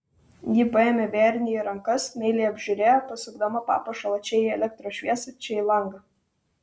ji paėmė vėrinį į rankas meiliai apžiūrėjo pasukdama papuošalą čia į elektros šviesą čia į langą